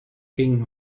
king